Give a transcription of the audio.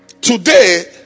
Today